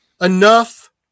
enough